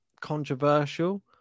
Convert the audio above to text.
controversial